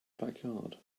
backyard